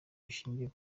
bishingiye